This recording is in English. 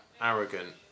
arrogant